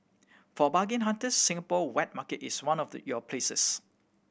for bargain hunters Singapore wet market is one of your places